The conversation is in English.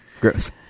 gross